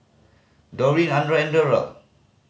Dorene Andra and Derald